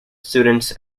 students